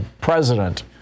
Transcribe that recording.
president